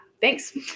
Thanks